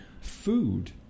Food